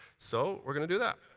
so we're going to do that.